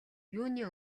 юуны